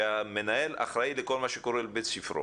שהמנהל אחראי לכל מה שקורה בבית ספרו,